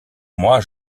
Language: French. mois